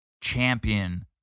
champion